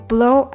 Blow